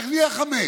איך נהיו חמישה?